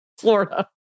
Florida